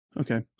Okay